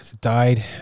Died